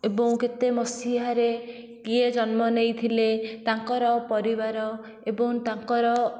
ଏବଂ କେତେ ମସିହାରେ କିଏ ଜନ୍ମ ନେଇଥିଲେ ତାଙ୍କର ପରିବାର ଏବଂ ତାଙ୍କର